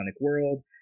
world